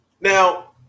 Now